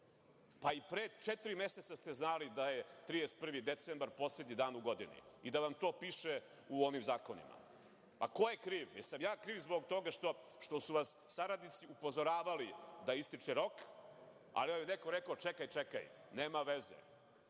Pa i pre četiri meseca ste znali da je 31. decembar poslednji dan u godini i da vam to piše u onim zakonima. Ko je kriv? Da li sam ja kriv zbog toga što su vas saradnici upozoravali da ističe rok, da vam je neko rekao – čekaj, čekaj, nema veze.